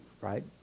Right